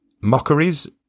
Mockeries